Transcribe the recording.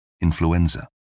influenza